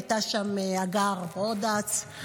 הייתה שם הגר ברודץ',